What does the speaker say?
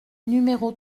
numéro